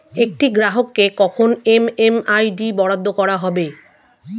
একটি গ্রাহককে কখন এম.এম.আই.ডি বরাদ্দ করা হবে?